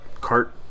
cart